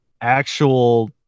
actual